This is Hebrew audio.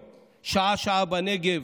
שעה-שעה, בנגב,